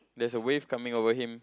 there's a wave coming over him